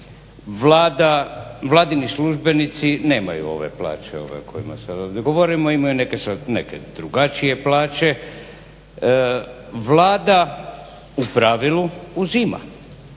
daje, vladini službenici nemaju ove plaće ove o kojima sad govorimo, imaju neke drugačije plaće. Vlada u pravilu uzima,